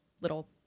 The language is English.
little